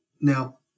Now